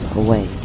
away